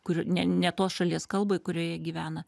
kur ne ne tos šalies kalbai kurioje gyvena